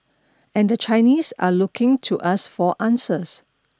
and the Chinese are looking to us for answers